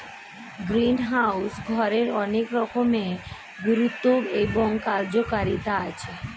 greenhouse ঘরের অনেক রকমের গুরুত্ব এবং কার্যকারিতা আছে